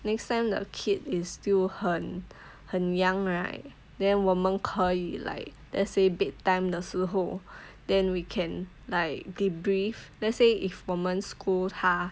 next time the kid is still 很很 young right then 我们可以 like let's say bedtime 的时候 then we can like debrief let's say if 我们 scold 他